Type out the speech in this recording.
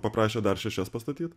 paprašė dar šešias pastatyt